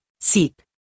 Seat